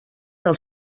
del